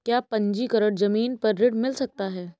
क्या पंजीकरण ज़मीन पर ऋण मिल सकता है?